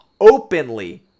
openly